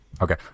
okay